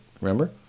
remember